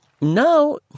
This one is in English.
Now